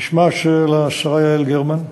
בשמה של השרה יעל גרמן.